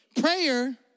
Prayer